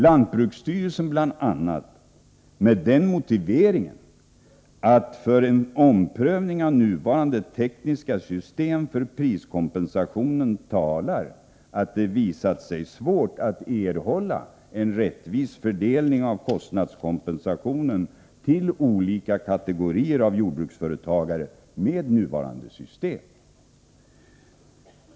Lantbruksstyrelsen har bl.a. gjort det med den motiveringen, att för en omprövning av nuvarande tekniska system för priskompensationen talar att det visat sig svårt att erhålla en rättvis fördelning av kostnadskompensationen till olika kategorier av jordbruksföretagare med nuvarande system.